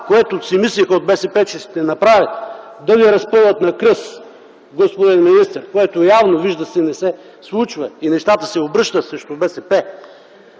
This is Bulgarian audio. което си мислеха от БСП да направят – да Ви разпъват на кръст, господин министър, което явно се вижда, че не се случва и нещата се обръщат срещу БСП.